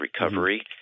recovery